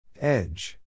Edge